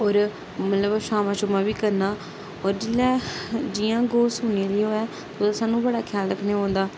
होर मतलब छामा छूमां बी करना होर जेल्लै जियां गौ सूह्ने आह्ली होऐ सानू बड़ी ख्याल रक्खना पौंदा